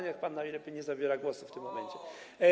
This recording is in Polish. Niech pan najlepiej nie zabiera głosu w tym momencie.